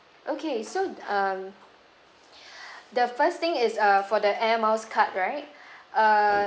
okay so um the first thing is uh for the air miles card right uh